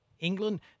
England